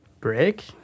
Break